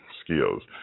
skills